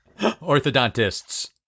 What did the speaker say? Orthodontists